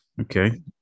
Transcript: okay